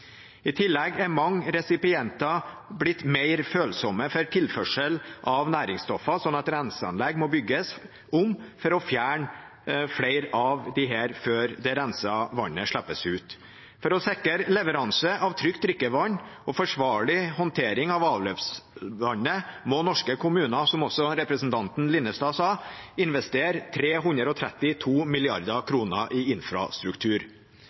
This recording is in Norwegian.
I tillegg er mange resipienter blitt mer følsomme for tilførsel av næringsstoffer, slik at renseanlegg må bygges om for å fjerne flere av disse før det rensede vannet slippes ut. For å sikre leveranse av trygt drikkevann og forsvarlig håndtering av avløpsvannet må norske kommuner, som også representanten Linnestad sa, investere 332 mrd. kr i infrastruktur.